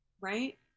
Right